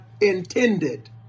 intended